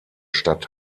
stadt